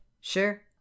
sure